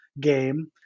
game